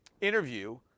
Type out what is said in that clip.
interview